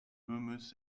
hummus